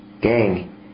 Gang